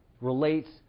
relates